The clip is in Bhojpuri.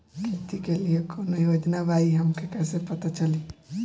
खेती के लिए कौने योजना बा ई हमके कईसे पता चली?